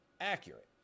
accurate